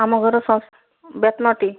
ଆମ ଘର ବେତନଟି